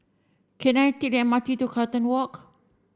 can I take the M R T to Carlton Walk